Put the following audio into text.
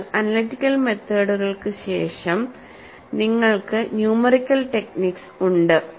അതിനാൽ അനലിറ്റിക്കൽ മെത്തേഡുകൾക്ക് ശേഷം നിങ്ങൾക്ക് ന്യൂമെറിക്കൽ ടെക്നിക് ഉണ്ട്